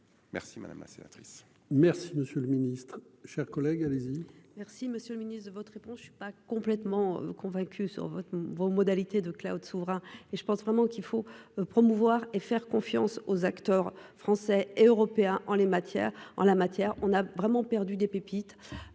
merci madame la sénatrice. Merci, monsieur le Ministre, chers collègues, allez-y. Merci, monsieur le Ministre de votre réponse, je ne suis pas complètement convaincu sur votre vos modalités de Claude souverain et je pense vraiment qu'il faut promouvoir et faire confiance aux acteurs français et européens en les matières en la matière, on a vraiment perdu des pépites